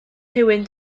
rhywun